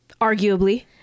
Arguably